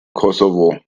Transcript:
kosovo